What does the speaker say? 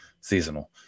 seasonal